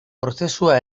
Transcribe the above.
prozesua